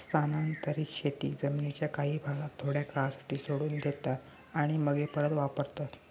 स्थानांतरीत शेतीत जमीनीच्या काही भागाक थोड्या काळासाठी सोडून देतात आणि मगे परत वापरतत